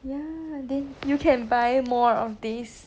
ya then you can buy more of this